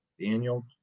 Daniel